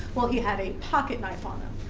well, he had a pocket knife on him.